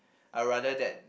I rather that